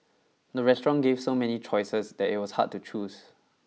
the restaurant gave so many choices that it was hard to choose